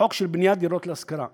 חוק לבניית דירות להשכרה.